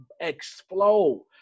explode